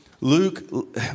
Luke